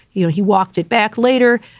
you know, he walked it back later.